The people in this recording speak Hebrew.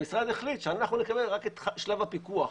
המשרד החליט שאנחנו נקבל רק את שלב הפיקוח,